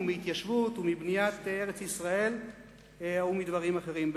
מהתיישבות ומבניית ארץ-ישראל ומדברים אחרים.